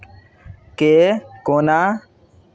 के कोना